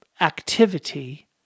activity